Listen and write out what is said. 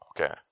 Okay